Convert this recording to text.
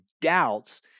doubts